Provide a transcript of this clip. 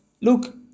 look